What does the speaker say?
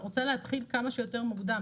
רוצה להתחיל כמה שיותר מוקדם,